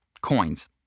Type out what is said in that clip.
Coins